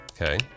Okay